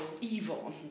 evil